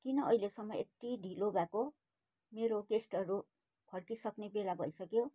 किन अहिलेसम्म यति ढिलो भएको मेरो गेस्टहरू फर्किसक्ने बेला भइसक्यो